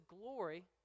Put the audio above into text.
glory